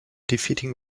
defeating